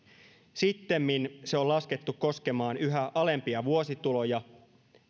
sittemmin se on laskettu koskemaan yhä alempia vuosituloja